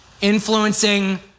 influencing